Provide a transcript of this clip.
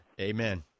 Amen